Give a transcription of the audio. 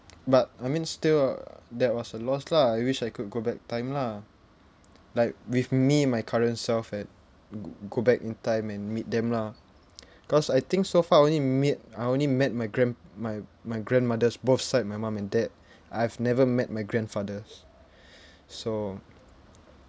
but I mean still uh that was a loss lah I wish I could go back time lah like with me my current self a~ g~ go back in time and meet them lah cause I think so far I only meet I only met my gran~ my my grandmothers both side my mum and dad I've never met my grandfathers so